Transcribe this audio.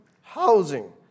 housing